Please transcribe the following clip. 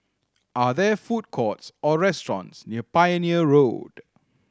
are there food courts or restaurants near Pioneer Road